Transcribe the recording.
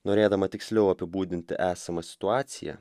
norėdama tiksliau apibūdinti esamą situaciją